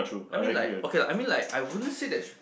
I mean like okay lah I mean like I wouldn't say there's